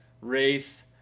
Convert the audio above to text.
race